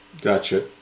Gotcha